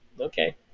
Okay